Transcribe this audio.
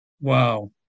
Wow